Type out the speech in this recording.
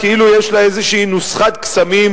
כאילו יש לה איזו נוסחת קסמים,